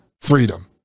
freedom